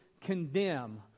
condemn